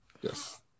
yes